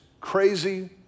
crazy